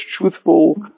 truthful